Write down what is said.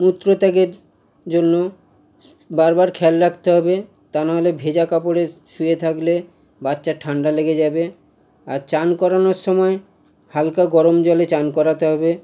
মূত্রত্যাগের জন্য স বারবার খেয়াল রাখতে হবে তা নাহলে ভেজা কাপড়ে শুয়ে থাকলে বাচ্চার ঠাণ্ডা লেগে যাবে আর চান করানোর সময় হালকা গরম জলে চান করাতে হবে